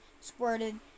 squirted